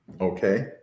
Okay